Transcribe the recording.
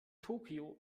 tokyo